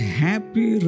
happy